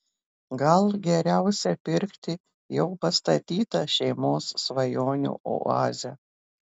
gal geriausia pirkti jau pastatytą šeimos svajonių oazę